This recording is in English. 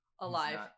Alive